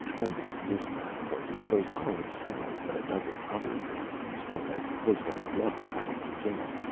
only this time, we're going to expose not only sally but a dozen other guernseys from as close to her blood line as we can get.